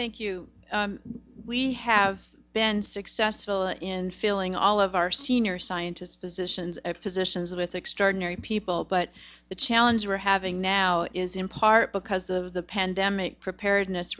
thank you we have been successful in feeling all of our senior scientist physicians physicians with extraordinary people but the challenge we're having now is in part because of the pandemic preparedness